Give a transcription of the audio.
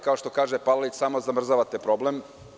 Kao što kaže Palalić, vi zaista samo zamrzavate problem.